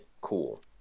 cool